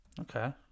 Okay